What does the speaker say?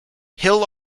hill